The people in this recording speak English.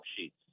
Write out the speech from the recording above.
sheets